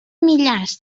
millars